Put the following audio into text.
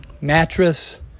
mattress